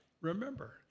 remember